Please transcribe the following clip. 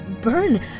burn